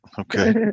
okay